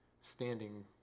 standing